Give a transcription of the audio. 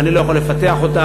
ואני לא יכול לפתח אותם,